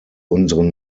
unseren